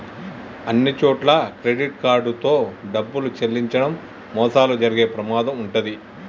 అన్నిచోట్లా credit card తో డబ్బులు చెల్లించడం మోసాలు జరిగే ప్రమాదం వుంటది